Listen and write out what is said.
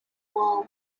war